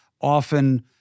often